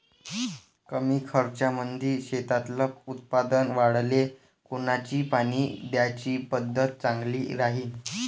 कमी खर्चामंदी शेतातलं उत्पादन वाढाले कोनची पानी द्याची पद्धत चांगली राहीन?